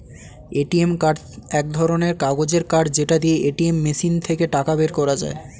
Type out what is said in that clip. ATM card এক ধরণের কাগজের কার্ড যেটা দিয়ে এটিএম মেশিন থেকে টাকা বের করা যায়